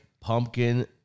Pumpkin